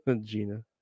Gina